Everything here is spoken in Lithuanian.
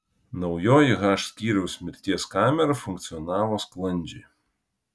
naujoji h skyriaus mirties kamera funkcionavo sklandžiai